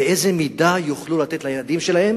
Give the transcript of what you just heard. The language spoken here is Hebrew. באיזה מידה יוכלו לתת לילדים שלהם